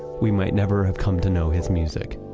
we might never have come to know his music.